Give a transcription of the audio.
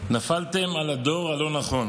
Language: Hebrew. "נפלתם על הדור הלא-נכון"